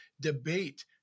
debate